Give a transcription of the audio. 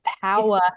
power